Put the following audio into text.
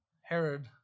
Herod